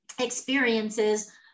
experiences